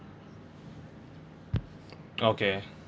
okay